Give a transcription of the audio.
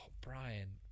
Brian